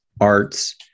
arts